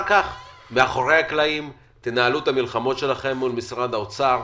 מאחורי הקלעים תנהלו את המלחמות שלכם מול משרד האוצר.